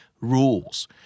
rules